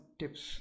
tips